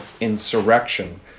insurrection